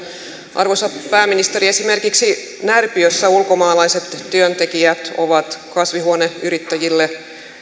arvoisa pääministeri esimerkiksi närpiössä ulkomaalaiset työntekijät ovat kasvihuoneyrittäjille